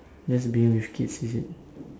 just dealing with kids is it